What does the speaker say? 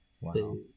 Wow